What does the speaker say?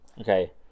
Okay